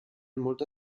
molta